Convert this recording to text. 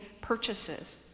purchases